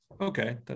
okay